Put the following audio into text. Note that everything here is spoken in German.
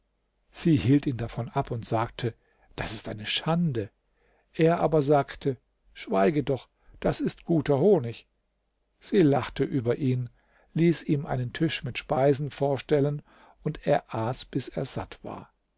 sie hielt ihn davon ab und sagte das ist eine schande er aber sagte schweige doch das ist guter honig sie lachte über ihn ließ ihm einen tisch mit speisen vorstellen und er aß bis er satt war